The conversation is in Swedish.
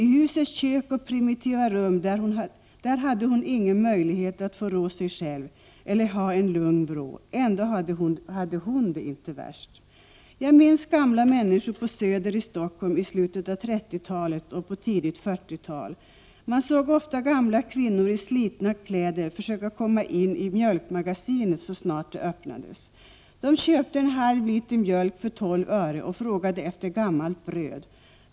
I husets kök och primitiva rum där hade hon ingen möjlighet att få rå sig själv eller ha en lugn vrå. Ändå hade hon det inte värst. Jag minns gamla människor på Söder i Stockholm i slutet av 30-talet och på tidigt 40-tal. Man såg ofta gamla kvinnor i slitna, lappade kläder komma in i mjölkmagasinet så snart det öppnades. Dom köpte en halv liter mjölk för 12 öre och frågade efter gammalt bröd.